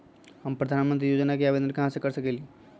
हम प्रधानमंत्री योजना के आवेदन कहा से कर सकेली?